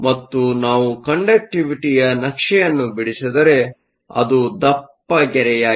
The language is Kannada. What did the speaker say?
ಮತ್ತು ನಾವು ಕಂಡಕ್ಟಿವಿಟಿಯ ನಕ್ಷೆಯನ್ನು ಬಿಡಿಸಿದರೆ ಅದು ದಪ್ಪ ಗೆರೆಯಾಗಿದೆ